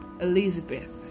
Elizabeth